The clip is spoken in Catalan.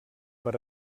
per